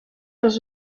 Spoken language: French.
dans